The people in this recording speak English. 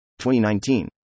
2019